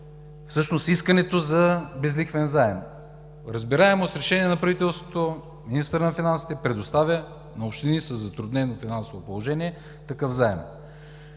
всъщност искането за безлихвен заем? Разбираемо, с решение на правителството министърът на финансите предоставя на общини със затруднено финансово положение такъв заем.